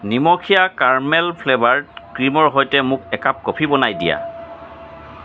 নিমখীয়া caramel flavoured ক্ৰীমৰ সৈতে মোক একাপ কফি বনাই দিয়া